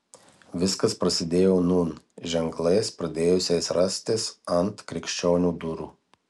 viskas prasidėjo nūn ženklais pradėjusiais rastis ant krikščionių durų